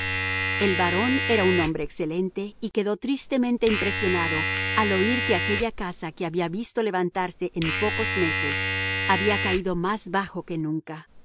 el barón era un hombre excelente y quedó tristemente impresionado al oír que aquella casa que había visto levantarse en pocos meses había caído más bajo que nunca